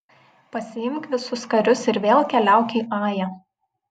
pasiimk visus karius ir vėl keliauk į ają